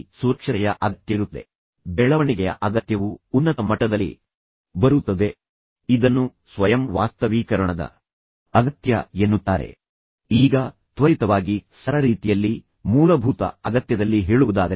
ಈಗ ಅವನು ಕೃತಜ್ಞತೆಯಿಲ್ಲದ ನಾಯಿ ಎಂಬ ಅತ್ಯಂತ ಆಕ್ಷೇಪಾರ್ಹ ಹೇಳಿಕೆ ನೀಡುತ್ತಿದ್ದಾನೆ ಸ್ವತಃ ಕೃತಜ್ಞತೆಯಿಲ್ಲದವನು ಅದು ಕೆಟ್ಟದಾಗಿದೆ ಆದರೆ ನಂತರ ಅವನು ನಾಯಿ ಎಂಬ ನಿಂದನೀಯ ಪದವನ್ನು ಸಹ ಬಳಸುತ್ತಿದ್ದಾನೆ